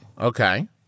Okay